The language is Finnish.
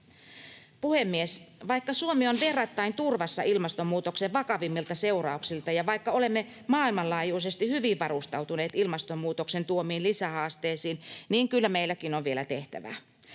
Puhemies! Vaikka Suomi on verrattain turvassa ilmastonmuutoksen vakavimmilta seurauksilta ja vaikka olemme maailmanlaajuisesti katsoen hyvin varustautuneet ilmastonmuutoksen tuomiin lisähaasteisiin, kyllä meilläkin on vielä tehtävää.